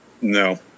No